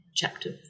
Chapter